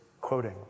quoting